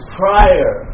prior